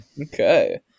Okay